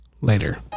Later